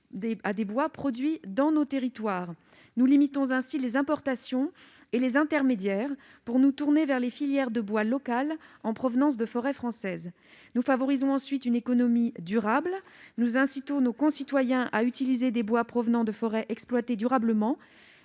à des bois produits dans nos territoires. Nous limitons ainsi les importations et les intermédiaires pour nous tourner vers les filières de bois locales en provenance de forêts françaises. Nous favorisons aussi une économie durable. Nous incitons nos concitoyens à utiliser des bois provenant de forêts exploitées durablement